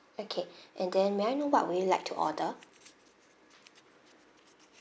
okay and then may I know what would you like to order